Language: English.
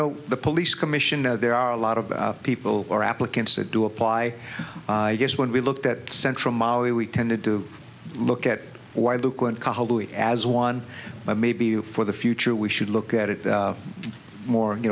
know the police commissioner there are a lot of people or applicants that do apply i guess when we looked at central mali we tended to look at why the as one but maybe for the future we should look at it more you